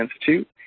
Institute